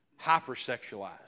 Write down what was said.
hypersexualized